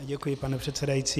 Děkuji, pane předsedající.